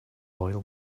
oil